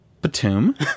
Batum